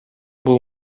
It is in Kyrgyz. бул